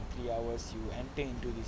for three hours you enter into this